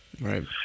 right